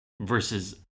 versus